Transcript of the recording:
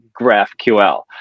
GraphQL